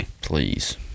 please